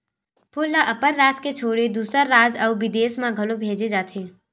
फूल ल अपन राज के छोड़े दूसर राज अउ बिदेस म घलो भेजे जाथे